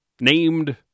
named